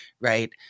right